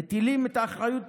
מטילים את האחריות